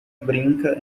brinca